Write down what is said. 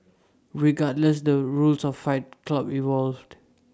regardless the rules of fight club evolved